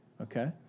okay